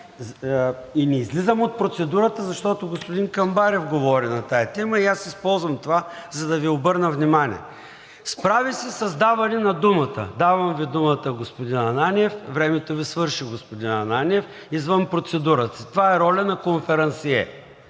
И не излизам от процедурата, защото господин Камбарев говори на тази тема и аз използвам това, за да Ви обърна внимание. Справи се с даване на думата: „Давам Ви думата, господин Ананиев“, „Времето Ви свърши, господин Ананиев“, „Извън процедура сте.“ Това е роля на конферансие.